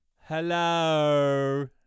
Hello